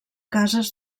cases